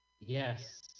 Yes